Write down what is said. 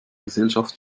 gesellschaft